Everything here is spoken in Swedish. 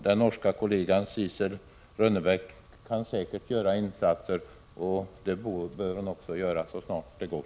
Den norska kollegan Sissel Rönbeck kan säkert göra insatser, och det bör hon också göra så snart det går.